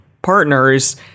partners